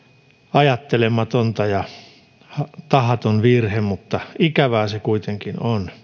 ajattelematonta ja tahaton virhe mutta ikävää se kuitenkin on